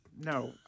no